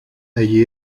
allí